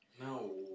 No